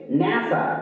nasa